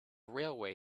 railway